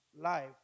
life